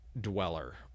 dweller